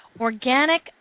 organic